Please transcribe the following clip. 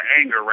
anger